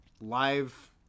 live